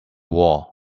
wall